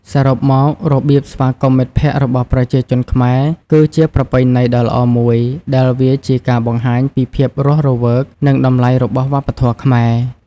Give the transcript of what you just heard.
សរុបមក របៀបស្វាគមន៍មិត្តភក្តិរបស់ប្រជាជនខ្មែរគឺជាប្រពៃណីដ៏ល្អមួយ ដែលវាជាការបង្ហាញពីភាពរស់រវើកនិងតម្លៃរបស់វប្បធម៌ខ្មែរ។